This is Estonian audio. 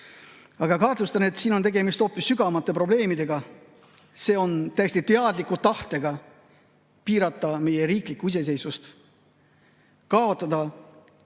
Aga kahtlustan, et siin on tegemist hoopis sügavamate probleemidega. See on täiesti teadlik tahe piirata meie riiklikku iseseisvust, kaotada